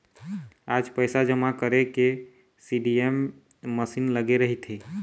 आज पइसा जमा करे के सीडीएम मसीन लगे रहिथे